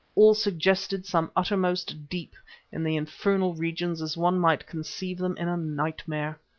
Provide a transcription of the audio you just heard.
all suggested some uttermost deep in the infernal regions as one might conceive them in a nightmare.